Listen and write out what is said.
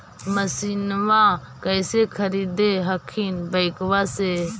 मसिनमा कैसे खरीदे हखिन बैंकबा से?